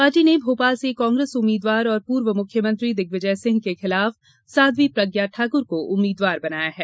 party ने भोपाल से कांग्रेस उम्मीद्वार और पूर्व मुख्यमंत्री दिग्विजय सिंह के खिलाफ साध्यी प्रज्ञा ठाकुर को उम्मीद्वार बनाया है